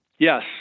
Yes